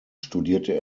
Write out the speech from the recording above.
studierte